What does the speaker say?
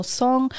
song